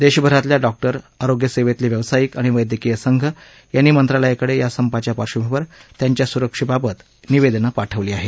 देशभरातल्या डॉक्टर आरोग्य सेवेतले व्यावसायिक आणि वैद्यकीय संघ यांनी मंत्रालयाकडे या संपाच्या पार्श्वभूमीवर त्यांच्या सुरक्षेबाबत निवेदनं पाठवली आहेत